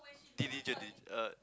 deligently uh